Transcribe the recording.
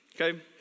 okay